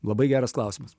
labai geras klausimas